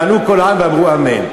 יענו כולם ויאמרו אמן.